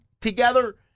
together